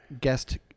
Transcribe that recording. guest